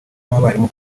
n’abarimu